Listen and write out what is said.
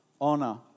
honor